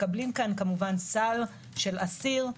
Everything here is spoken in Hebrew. מקבלים כאן סל של אסיר,